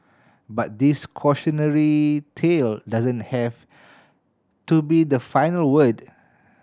but this cautionary tale doesn't have to be the final word